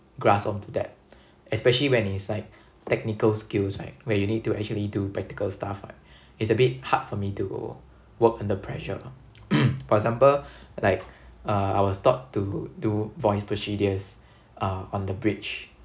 grasp on to that especially when it's like technical skills right where you need to actually do practical stuff ah it's a bit hard for me to work under pressure lor for example like uh I was taught to do voice procedures uh on the bridge